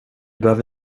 behöver